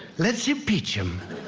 let's impeach him.